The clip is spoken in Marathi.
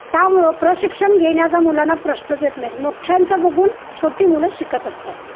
त्यामुळं प्रशिक्षण घेण्याचा मुलांना प्रश्नच येत नाहीत मोठ्ठ्यांचं बघून छोटी मुलं शिकत असतात